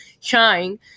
shine